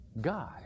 God